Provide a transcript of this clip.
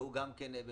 והוא גם במפורש,